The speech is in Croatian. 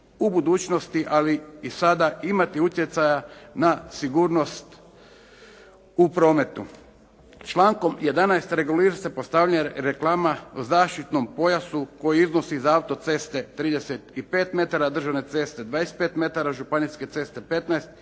u budućnosti ali i sada imati utjecaja na sigurnost u prometu. Člankom 11. regulira se postavljanje reklama o zaštitnom pojasu koji iznosu za auto-ceste 35 metara, državne ceste 25 metara, županijske ceste 15 i